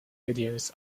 videos